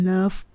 Love